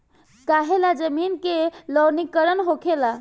काहें ला जमीन के लवणीकरण होखेला